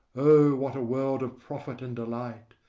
what a world of profit and delight,